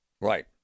Right